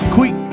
Quick